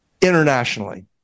internationally